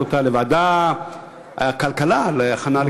אותה לוועדת הכלכלה להכנה לקריאה ראשונה.